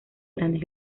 grandes